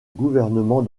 gouvernement